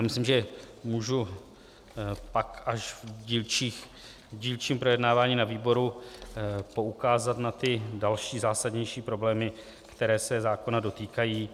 Myslím, že můžu pak až v dílčím projednávání na výboru poukázat na ty další zásadnější problémy, které se zákona dotýkají.